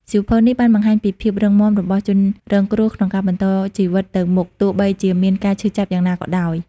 សៀវភៅនេះបានបង្ហាញពីភាពរឹងមាំរបស់ជនរងគ្រោះក្នុងការបន្តជីវិតទៅមុខ ទោះបីជាមានការឈឺចាប់យ៉ាងណាក៏ដោយ។